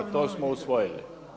To smo usvojili.